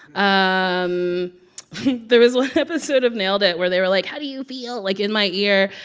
um there was one episode of nailed it! where they were like, how do you feel? like, in my ear.